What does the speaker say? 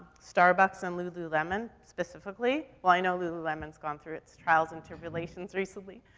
starbucks and lululemon, specifically. well i know lululemon's gone through its trials and tribulations recently,